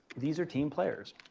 these are team players.